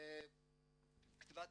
כתבנו